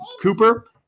Cooper